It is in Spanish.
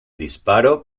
disparo